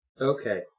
Okay